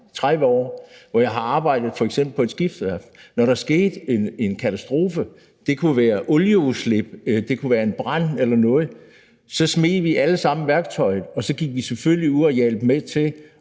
30 år – hvor jeg f.eks. har arbejdet på et skibsværft. Når der skete en katastrofe – det kunne være olieudslip, det kunne være en brand eller noget – så smed vi alle sammen værktøjet, og så gik vi selvfølgelig ud og hjalp med til